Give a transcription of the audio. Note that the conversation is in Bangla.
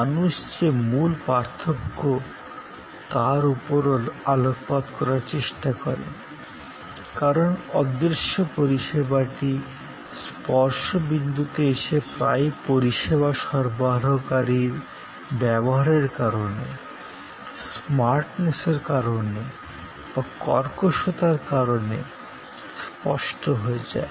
মানুষ যে মূল পার্থক্য তার উপর আলোকপাত করার চেষ্টা করেন কারণ অদৃশ্য পরিষেবাটি স্পর্শ বিন্দুতে এসে প্রায়ই পরিষেবা সরবরাহকারীর ব্যবহারের কারণে স্মার্টনেসের কারণে বা কর্কশতার কারণে স্পষ্ট হয়ে যায়